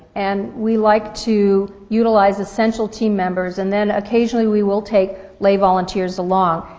and we like to utilize essential team members, and then occasionally we will take lay volunteers along.